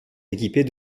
équipés